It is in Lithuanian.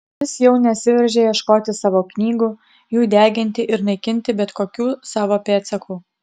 jis jau nesiveržė ieškoti savo knygų jų deginti ir naikinti bet kokių savo pėdsakų